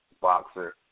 boxer